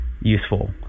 useful